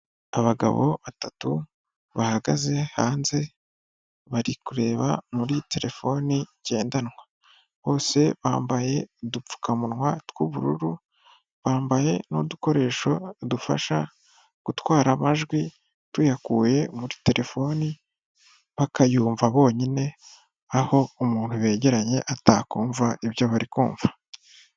Abagabo batatu bahagaze hanze bari kureba muri terefone ngendanwa bose bambaye udupfukamunwa tw'ubururu bambaye n'udukoresho dufasha gutwara amajwi tuyakuye muri terefone bakayumva bonyine aho umuntu begeranye atakumva ibyo bari kumva.